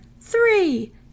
three